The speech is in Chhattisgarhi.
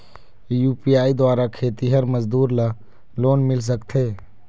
यू.पी.आई द्वारा खेतीहर मजदूर ला लोन मिल सकथे?